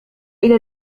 إلى